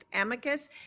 amicus